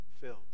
filled